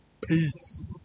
Peace